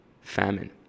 famine